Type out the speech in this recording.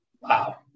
Wow